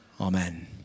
Amen